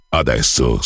adesso